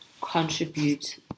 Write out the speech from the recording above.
contribute